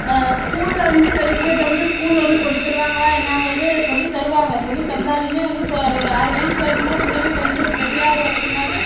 ஸ்கூல்ல வந்து இந்த விஷயத்தை வந்து ஸ்கூல்ல வந்து சொல்லி தருவாங்களா என்னாங்குறது சொல்லி தருவாங்க சொல்லி தந்தாலுமே வந்து இப்போ ஒரு ஆறு வயசு வரைக்குமாவது பிள்ளைங்க கொஞ்சம் ஸ்டடியாக ஆகுற வரைக்குமாவது